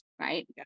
right